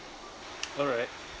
alright